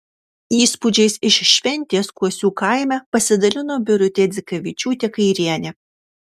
įspūdžiais iš šventės kuosių kaime pasidalino birutė dzikavičiūtė kairienė